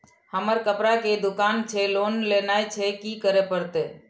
हमर कपड़ा के दुकान छे लोन लेनाय छै की करे परतै?